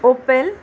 Opel